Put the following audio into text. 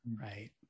right